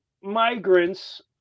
migrants